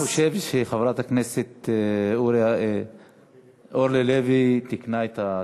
אני חושב שחברת הכנסת אורלי לוי תיקנה את זה בהצעת חוק.